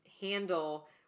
handle